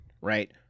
right